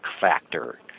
factor